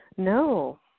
No